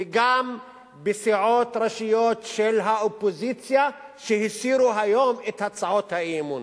וגם בסיעות ראשיות של האופוזיציה שהסירו היום את הצעות האי-אמון.